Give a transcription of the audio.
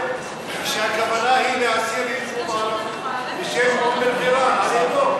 אתה יודע שהכוונה היא להסיר יישוב ערבי בשם,